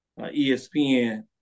ESPN